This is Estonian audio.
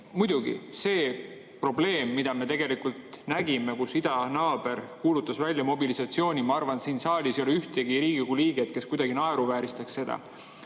Muidugi, see probleem, mida me nägime, kui idanaaber kuulutas välja mobilisatsiooni – ma arvan, et siin saalis ei ole ühtegi Riigikogu liiget, kes kuidagi seda naeruvääristaks. Aga